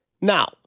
Now